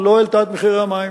אתה את סך כל ההוצאות